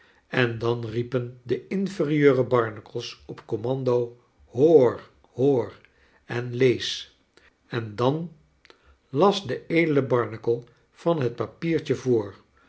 en dan riepen de inferieure barnacles op commando hoor hoor en lees en dan las de edele barnacle van dat papiertje voor